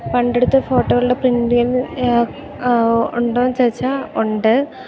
പണ്ടെടുത്ത ഫോട്ടോകളുടെ പ്രിൻ്റുകൾ ഉണ്ടോ എന്ന് ചോദിച്ചാൽ ഉണ്ട്